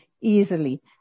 easily